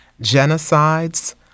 genocides